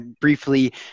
briefly